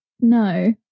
no